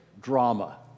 drama